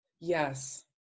Yes